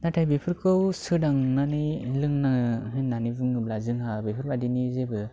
नाथाय बेफोरखौ सोदांनानै लोंनो होननानै बुङोब्ला जोंहा बेफोरबायदिनि जेबो